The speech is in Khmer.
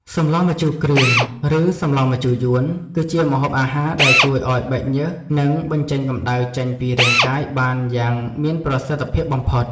សម្លម្ជូរគ្រឿងឬសម្លម្ជូរយួនគឺជាម្ហូបអាហារដែលជួយឱ្យបែកញើសនិងបញ្ចេញកម្តៅចេញពីរាងកាយបានយ៉ាងមានប្រសិទ្ធភាពបំផុត។